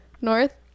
north